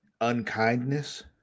Unkindness